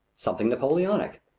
something napoleonic,